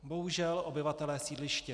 Bohužel obyvatelé sídliště